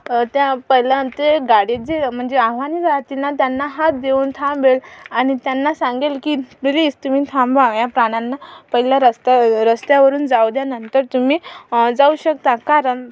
त्या पहिल्या ते गाडी जे म्हणजे आव्हाने जातील ना त्यांना हात देऊन थांबवेल आणि त्यांना सांगेल की प्लीज तुम्ही थांबवा या प्राण्यांना पहिलं रस्त्या रस्त्यावरून जाऊ द्या नंतर तुम्ही जाऊ शकता कारण